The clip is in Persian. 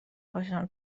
پاشم